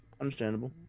Understandable